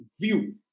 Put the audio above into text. view